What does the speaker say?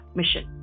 mission